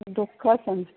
दुखः छ नि